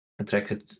attracted